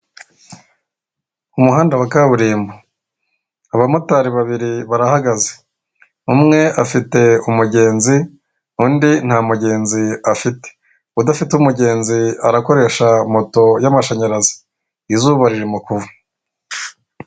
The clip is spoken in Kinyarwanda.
Umuhanda wa kaburimbo abamotari babiri barahagaze umwe afite umugenzi, undi nta mugenzi afite, udafite umugenzi arakoresha moto y'amashanyarazi izuba ririmo kuva.